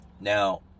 Now